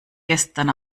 gestern